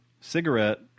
cigarette